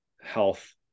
health